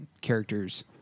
character's